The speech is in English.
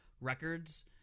records